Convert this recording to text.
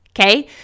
okay